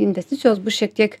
investicijos bus šiek tiek